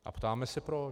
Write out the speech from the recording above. A ptáme se proč.